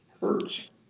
Hurts